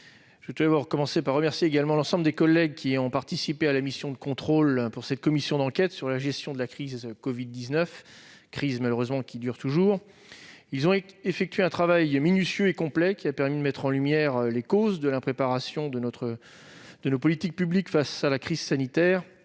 Chevrollier. Je remercie d'abord l'ensemble des collègues qui ont participé à la mission de contrôle dans le cadre de cette commission d'enquête sur la gestion de la crise covid-19, qui dure malheureusement toujours. Ils ont accompli un travail minutieux et complet qui a permis de mettre en lumière les causes de l'impréparation de nos politiques publiques face à la crise sanitaire